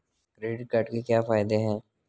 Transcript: Credit card के क्या फायदे हैं?